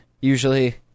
usually